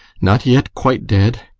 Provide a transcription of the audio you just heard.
not yet quite dead?